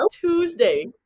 Tuesday